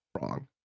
wrong